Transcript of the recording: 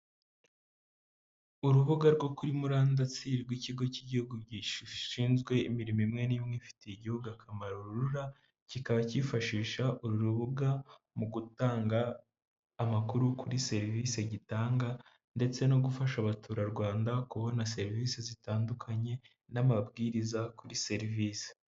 Urubuga rwo kuri murandasi rw'ikigo cy'igihugu gishinzwe imirimo imwe n'imwe ifitiye igihugu akamaro RURA, kikaba cyifashisha uru rubuga mu gutanga amakuru kuri serivisi gitanga ndetse no gufasha abaturarwanda kubona serivise zitandukanye, n'amabwiriza kuri serivise.